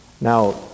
Now